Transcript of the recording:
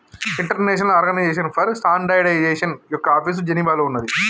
international organization for standardization యొక్క office జెనీవాలో ఉన్నాది